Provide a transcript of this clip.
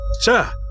Sir